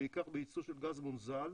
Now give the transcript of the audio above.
בעיקר ביצוא של גז מונזל,